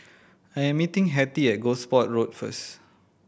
I am meeting Hetty at Gosport Road first